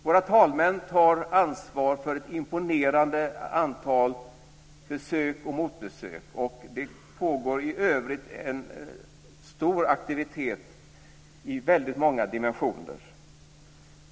Våra talmän tar ansvar för ett imponerande antal besök och motbesök, och det pågår i övrigt en stor aktivitet i många dimensioner.